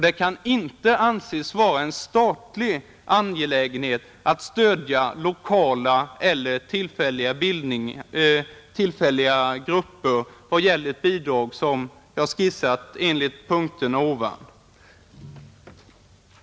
Det kan inte anses vara en statlig angelägenhet att stödja lokala eller tillfälliga grupper när det gäller ett bidrag som jag skisserat i de punkter jag nämnde.